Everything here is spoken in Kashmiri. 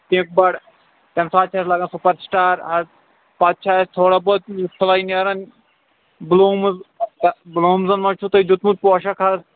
کِپڈ تَمہِ ساتہٕ چھُ اَسہِ لگان سوٗپر سِٹار اَز پتہٕ چھُ اَسہِ تھوڑا بہت پھُلے نیران بلوٗمز پَتہٕ چھِ بلوٗمزن منٛز چھُو تۄہہ دیُتمُت پوشک حظ